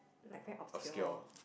like very obscure